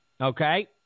Okay